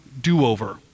do-over